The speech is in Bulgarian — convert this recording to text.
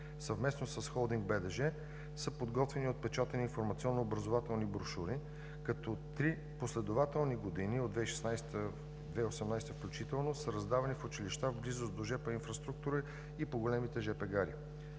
Съвместно с холдинг БДЖ са подготвени и отпечатани информационно-образователни брошури, като три последователни години от 2016 г. до 2018 г., включително са раздавани в училища, в близост до жп инфраструктура и по-големите жп гари.